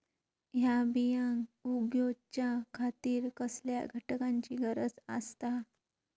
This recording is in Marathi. हया बियांक उगौच्या खातिर कसल्या घटकांची गरज आसता?